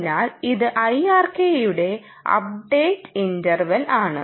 അതിനാൽ ഇത് IRKയുടെ അപ്ഡേറ്റ് ഇൻറ്റർവെലാണ്